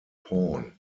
pawn